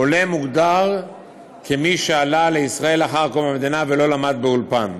"עולה" מוגדר מי שעלה לישראל לאחר קום המדינה ולא למד באולפן.